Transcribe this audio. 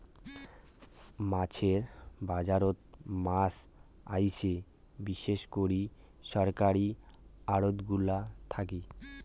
মাছের বাজারত মাছ আইসে বিশেষ করি সরকারী আড়তগুলা থাকি